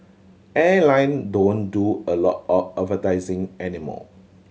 airline don't do a lot of advertising any more